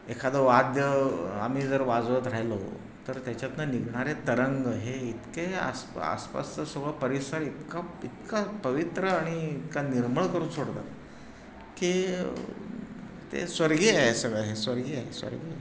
एखादं वाद्य आम्ही जर वाजवत राहिलो तर त्याच्यातून निघणारे तरंग हे इतके आसप आसपासचं सगळा परिसर इतका इतका पवित्र आणि इतका निर्मळ करून सोडतात की ते स्वर्गीय आहे सगळं हे स्वर्गीय आहे स्वर्गीय आहे